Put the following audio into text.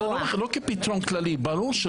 לא כפתרון כללי, ברור שלא.